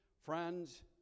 friends